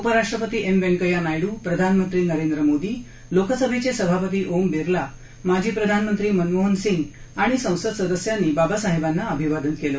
उपराष्ट्रपती एम व्यंकय्या नायड्र प्रधानमंत्री नरेंद्र मोदी लोकसभेचे सभापती ओम बिर्ला माजी प्रधानमंत्री मनमोहन सिंग आणि संसद सदस्यांनी बाबासाहेबांना अभिवादन केलं